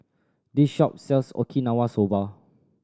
this shop sells Okinawa Soba